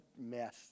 mess